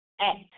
act